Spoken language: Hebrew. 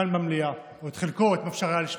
כאן במליאה, או את חלקו, את מה שאפשר היה לשמוע.